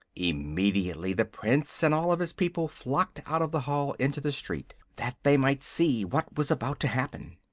immediately the prince and all of his people flocked out of the hall into the street, that they might see what was about to happen.